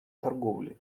торговли